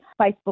Facebook